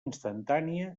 instantània